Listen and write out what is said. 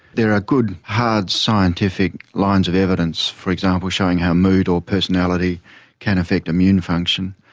there are good hard scientific lines of evidence, for example showing how mood or personality can affect immune function,